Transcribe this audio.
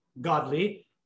godly